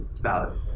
valid